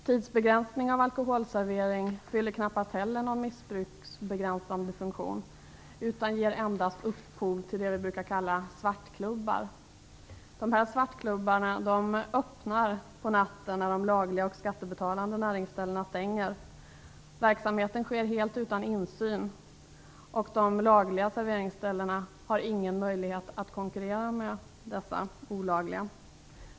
Tidsbegränsning av alkoholservering fyller knappast heller någon missbruksbegränsande funktion, utan ger endast upphov till det vi brukar kalla svartklubbar. Dessa svartklubbar öppnar på natten när de lagliga och skattebetalande näringsställena stänger. Verksamheten sker helt utan insyn, och de lagliga serveringsställena har ingen möjlighet att konkurrera med dessa olagliga.